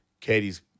Katie's